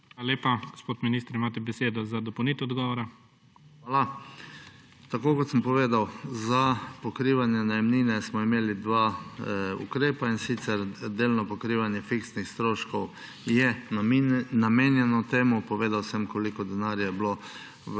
Hvala. Tako kot sem povedal, za pokrivanje najemnine smo imeli dva ukrepa, in sicer delno pokrivanje fiksnih stroškov je namenjeno temu, povedal sem koliko denarja je bilo